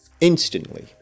Instantly